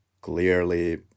clearly